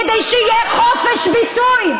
כדי שיהיה חופש ביטוי,